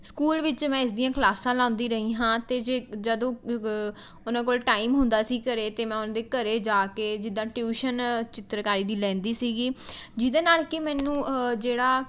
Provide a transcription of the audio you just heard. school ਵਿੱਚ ਮੈਂ ਇਸ ਦੀਆਂ ਕਲਾਸਾਂ ਲਾਉਂਦੀ ਰਹੀ ਹਾਂ ਅਤੇ ਜੇ ਜਦੋਂ ਉਹਨਾਂ ਕੋਲ ਟਾਈਮ ਹੁੰਦਾ ਸੀ ਘਰੇ 'ਤੇ ਮੈਂ ਉਹਨਾਂ ਦੇ ਘਰੇ ਜਾ ਕੇ ਜਿੱਦਾਂ ਟਿਊਸ਼ਨ ਚਿੱਤਰਕਾਰੀ ਦੀ ਲੈਂਦੀ ਸੀ ਜਿਹਦੇ ਨਾਲ ਕੀ ਮੈਨੂੰ ਜਿਹੜਾ